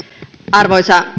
arvoisa